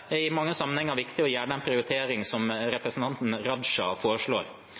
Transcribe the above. det i mange sammenhenger viktig å gjøre den prioriteringen som representanten Raja foreslår.